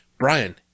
Brian